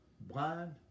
blind